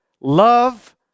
love